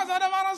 מה זה הדבר הזה?